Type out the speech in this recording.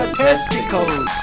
testicles